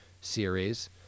series